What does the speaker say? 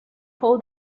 fou